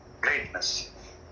greatness